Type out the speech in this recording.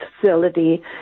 facility